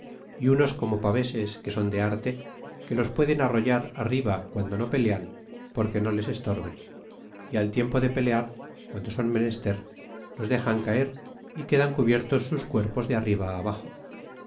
y unos como paveses que son de arte que los pueden arrollar arriba guando no pelean porque no les estorbe y al tiempo de pelear guando son menester los dexan caer é quedan cubiertos sus cuerpos de arriba abaxo